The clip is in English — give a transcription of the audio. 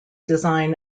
design